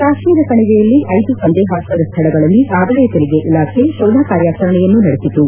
ಕಾಶ್ಮೀರ ಕಣಿವೆಯಲ್ಲಿ ಐದು ಸಂದೇಹಾಸ್ವದ ಸ್ವಳಗಳಲ್ಲಿ ಆದಾಯ ತೆರಿಗೆ ಇಲಾಖೆ ಶೋಧ ಕಾರ್ಯಾಚರಣೆಯನ್ನು ನಡೆಸಿತು